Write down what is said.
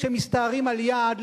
כשמסתערים על יעד,